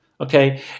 okay